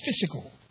Physical